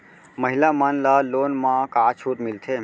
महिला मन ला लोन मा का छूट मिलथे?